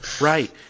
Right